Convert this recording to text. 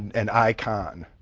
an icon.